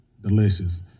delicious